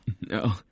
No